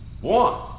One